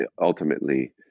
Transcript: ultimately